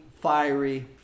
fiery